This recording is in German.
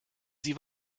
sie